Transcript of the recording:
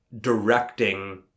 directing